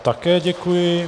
Také děkuji.